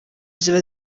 ziba